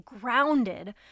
grounded